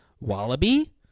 wallaby